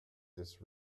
this